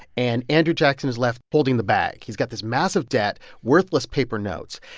and andrew jackson is left holding the bag. he's got this massive debt worthless paper notes.